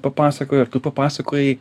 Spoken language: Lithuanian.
papasakojo ir tu papasakojai